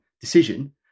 decision